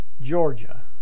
Georgia